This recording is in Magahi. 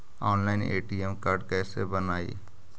ऑनलाइन ए.टी.एम कार्ड कैसे बनाई?